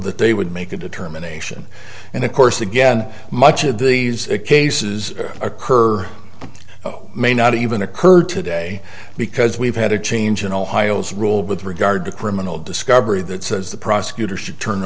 that they would make a determination and of course again much of these cases occur may not even occur today because we've had a change in ohio's rule with regard to criminal discovery that says the prosecutor should turn